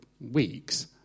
weeks